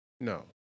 No